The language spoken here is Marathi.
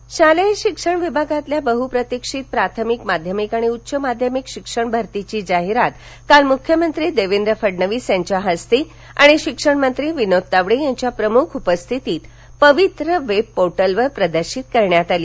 शिक्षक भरती शालेय शिक्षण विभागातील बह्प्रतिक्षीत प्राथमिक माध्यमिक आणि उच्च माध्यमिक शिक्षक भरतीची जाहिरात काल मुख्यमंत्री देवेंद्र फडणवीस यांच्या हस्ते आणि शिक्षणमंत्री विनोद तावडे यांच्या प्रमुख उपस्थितीत पवित्र वेब पोर्टलवर प्रदर्शित करण्यात आली